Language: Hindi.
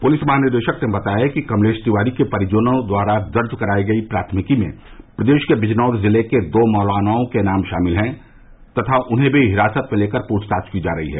पुलिस महानिदेशक ने बताया कि कमलेश तिवारी के परिजनों द्वारा दर्ज करायी गयी प्राथमिकी में प्रदेश के बिजनौर जिले के दो मौलानाओं के नाम शामिल है तथा उन्हें भी हिरासत में लेकर पूछताछ की जा रही है